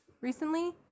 recently